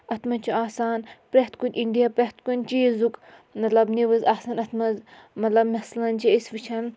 اَتھ منٛز چھُ آسان پرٛٮ۪تھ کُنہِ اِنڈیا پرٛٮ۪تھ کُنہِ چیٖزُک مطلب نِوٕز آسان اَتھ منٛز مطلب مثلاً چھِ أسۍ وٕچھان